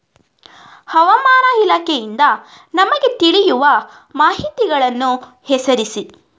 ಹವಾಮಾನ ಇಲಾಖೆಯಿಂದ ನಮಗೆ ತಿಳಿಯುವ ಮಾಹಿತಿಗಳನ್ನು ಹೆಸರಿಸಿ?